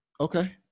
Okay